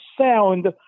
sound